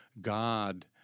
God